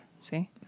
See